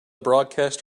broadcast